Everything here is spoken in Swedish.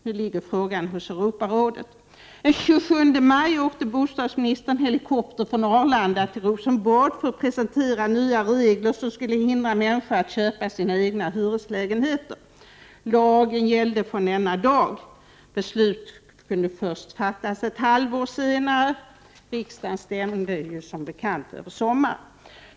Nu ligger frågan i Europarådet. Den 27 maj åkte bostadsministern helikopter från Arlanda till Rosenbad för att presentera de nya regler som skulle hindra människor att köpa sina egna hyreslägenheter. Lagen gällde från denna dag. Beslut kunde fattas först ett halvår senare. Riksdagen stängde ju, som bekant, över sommaren.